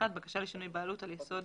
31.בקשה לשינוי בעלת על יסוד